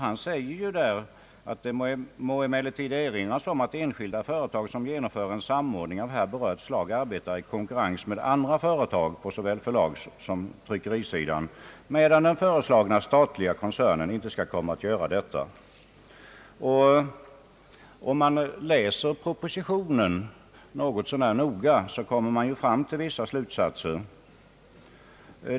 Han säger, att det »emellertid må erinras om att enskilda företag som genomför en samordning av här berört slag arbetar i konkurrens med andra företag på såväl förlagssom tryckerisidan, medan den föreslagna statliga koncernen inte skall komma att göra detta». Om man läser propositionen något så när noga kommer man fram till vissa slutsatser.